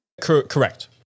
correct